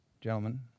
gentlemen